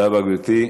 תודה רבה, גברתי.